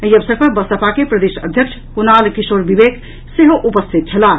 एहि अवसर पर बसपा के प्रदेश अध्यक्ष कुणाल किशोर विवेक सेहो उपस्थित छलाह